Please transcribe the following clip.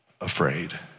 afraid